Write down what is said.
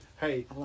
hey